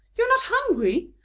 you are not hungry?